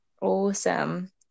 Awesome